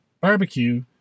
barbecue